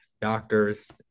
doctors